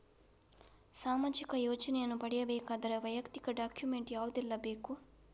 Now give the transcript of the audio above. ಸಾಮಾಜಿಕ ಯೋಜನೆಯನ್ನು ಪಡೆಯಬೇಕಾದರೆ ವೈಯಕ್ತಿಕ ಡಾಕ್ಯುಮೆಂಟ್ ಯಾವುದೆಲ್ಲ ಬೇಕು?